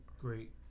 Great